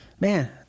man